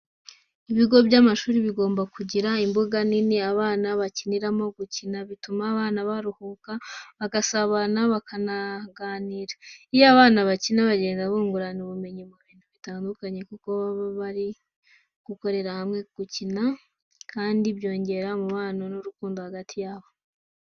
Ibigo by'amashuri bigomba kugira imbuga nini abana bakiniramo. Gukina bituma abana baruhuka, bagasabana, bakanaganira. Iyo abana bakina bagenda bungurana ubumenyi mu bintu bitandukanye kuko baba bari gukorera hamwe, gukina kandi byongera umubano n'urukundo hagati y'abo.